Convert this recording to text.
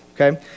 Okay